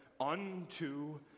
unto